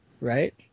right